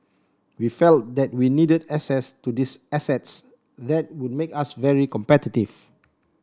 we felt that we needed access to these assets that would make us very competitive